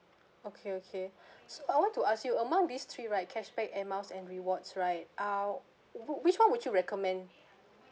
okay okay s~ I want to ask you among these three right cashback air miles and rewards right !ow! wh~ which one would you recommend